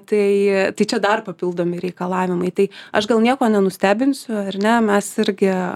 tai tai čia dar papildomi reikalavimai tai aš gal nieko nenustebinsiu ar ne mes irgi